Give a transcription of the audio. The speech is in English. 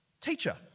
Teacher